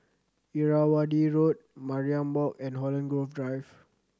Irrawaddy Road Mariam Walk and Holland Grove Drive